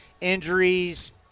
injuries